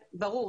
ברור.